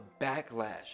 backlash